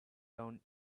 down